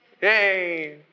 Yay